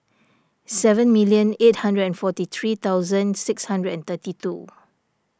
seven million eight hundred and forty three thousand six hundred and thirty two